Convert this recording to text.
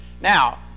Now